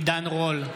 עידן רול,